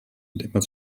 immer